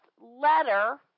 letter